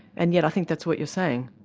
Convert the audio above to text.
and yet i think that's what you're saying?